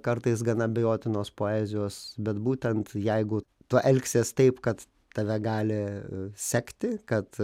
kartais gana abejotinos poezijos bet būtent jeigu tu elgsies taip kad tave gali sekti kad